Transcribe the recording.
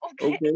Okay